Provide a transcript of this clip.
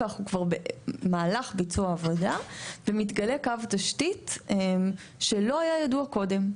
אנחנו כבר במהלך ביצוע עבודה ומתגלה קו תשתית שלא היה ידוע קודם.